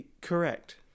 correct